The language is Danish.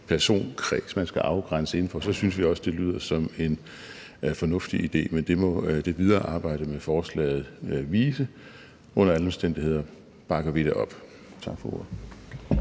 personkreds, man skal afgrænse inden for, så synes vi også, det lyder som en fornuftig idé. Men det må det videre arbejde med forslaget vise. Under alle omstændigheder bakker vi det op. Tak for ordet.